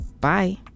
bye